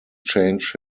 change